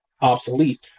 obsolete